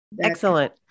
Excellent